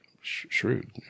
shrewd